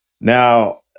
now